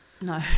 No